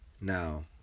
Now